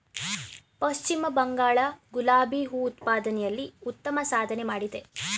ಪಶ್ಚಿಮ ಬಂಗಾಳ ಗುಲಾಬಿ ಹೂ ಉತ್ಪಾದನೆಯಲ್ಲಿ ಉತ್ತಮ ಸಾಧನೆ ಮಾಡಿದೆ